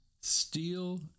steel